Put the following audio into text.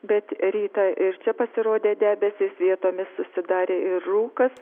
bet rytą ir čia pasirodė debesys vietomis susidarė ir rūkas